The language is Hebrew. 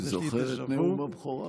אני זוכר את נאום הבכורה.